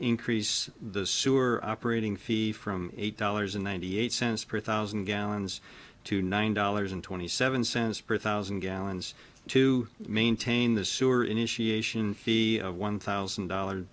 increase the sewer operating fee from eight dollars and ninety eight cents per thousand gallons to nine dollars and twenty seven cents per thousand gallons to maintain the sewer initiation fee of one thousand dollar